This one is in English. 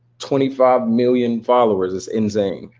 twenty five million followers, it's insane.